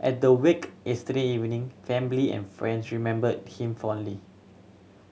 at the wake yesterday evening family and friendship number him fondly